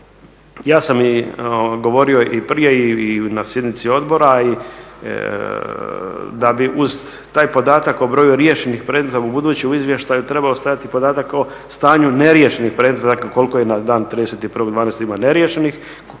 Ja sam i govorio i prije i na sjednici odbora da bi uz taj podatak o broju riješenih predmeta u buduće u izvještaju trebao stajati podatak o stanju neriješenih predmeta, dakle koliko je na dan 31.12. ima neriješenih,